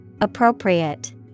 Appropriate